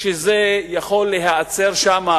שזה יכול להיעצר שם,